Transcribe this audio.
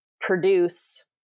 produce